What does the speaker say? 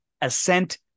ascent